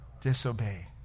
disobey